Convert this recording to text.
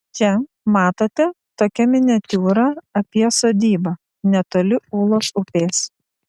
čia matote tokia miniatiūra apie sodybą netoli ūlos upės